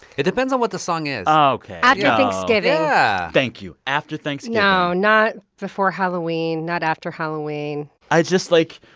it depends on what the song is ah ok after thanksgiving yeah thank you after thanksgiving no, not before halloween, not after halloween i just like,